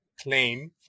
claim